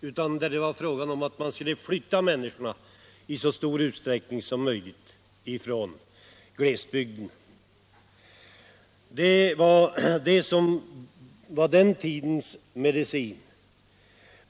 Då var det inte fråga om att bygga upp Norrbotten, utan att i så stor utsträckning som möjligt flytta människorna från glesbygden. Det var den tidens medicin.